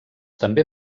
també